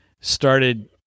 started